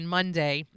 Monday